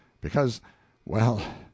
because—well